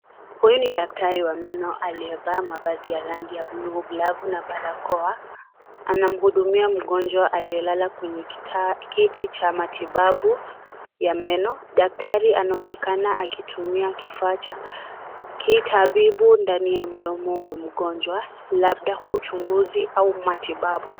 Huyu ni daktari wa meno aliyevaa mavazi ya rangi ya blue glavu na barakoa anamhudumia mgonjwa aliyelala kwenye kiti cha matibabu ya men, daktari anaonekana akitumia kifaa cha kitabibu ndani ya mdomo wa mgonjwa, labda uchunguzi au matibabu.